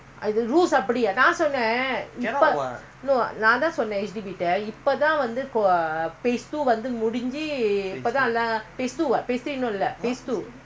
H_D_B கிட்டஇப்பதாவந்து:kitta ippatha vandhu phase two இல்ல:illa phase three haven't open coming soon